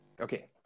okay